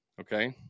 Okay